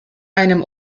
einem